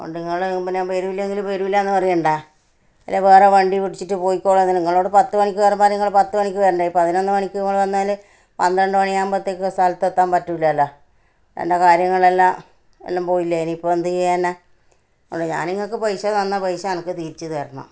അതുകൊണ്ട് നിങ്ങൾ പിന്നെ വരൂല്ലെങ്കില് വരൂലാന്ന് പറയണ്ടെ അല്ലെ വേറെ വണ്ടി പിടിച്ചിട്ട് പൊയിക്കൊള്ളാമായിരുന്നു നിങ്ങളോട് പത്ത് മണിക്ക് വരാൻ പറഞ്ഞാൽ നിങ്ങൾ പത്ത് മണിക്ക് വരണ്ടെ പതിനൊന്ന് മണിക്ക് നിങ്ങൾ വന്നാൽ പന്ത്രണ്ട് മണിയാവുമ്പോഴേക്കും സ്ഥലത്ത് എത്താന് പറ്റൂലാല്ലോ എന്റെ കാര്യങ്ങളെല്ലാം എല്ലാം പോയില്ലെ ഇനിയിപ്പോൾ എന്ത് ചെയ്യാനാ അതു കൊണ്ട് ഞാന് നിങ്ങൾക്ക് പൈസ തന്ന പൈസ എനിക്ക് തിരിച്ചു തരണം